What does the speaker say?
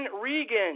Regan